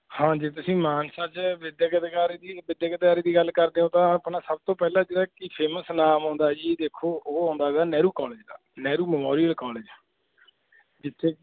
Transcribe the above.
ਹਾਂਜੀ ਤੁਸੀਂ ਮਾਨਸਾ 'ਚ ਵਿੱਦਿਅਕ ਅਦਕਾਰੇ ਦੀ ਵਿੱਦਿਅਕ ਅਦਾਰੇ ਦੀ ਗੱਲ ਕਰਦੇ ਹੋ ਤਾਂ ਆਪਣਾ ਸਭ ਤੋਂ ਪਹਿਲਾਂ ਜਿਹੜਾ ਕਿ ਫੇਮਸ ਨਾਮ ਆਉਂਦਾ ਜੀ ਦੇਖੋ ਉਹ ਆਉਂਦਾ ਹੈਗਾ ਨਹਿਰੂ ਕੋਲਜ ਦਾ ਨਹਿਰੂ ਮਮੋਰੀਅਲ ਕੋਲਜ ਜਿੱਥੇ